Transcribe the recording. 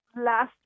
last